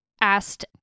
asked